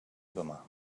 otomà